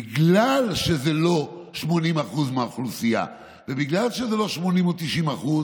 בגלל שזה לא 80% מהאוכלוסייה ובגלל שזה לא 80% או 90%,